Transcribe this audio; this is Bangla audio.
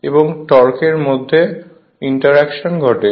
এবং টর্কের মধ্যে ইন্টারেকশন ঘটে